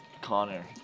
Connor